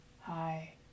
Hi